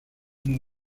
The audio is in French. une